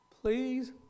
Please